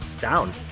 down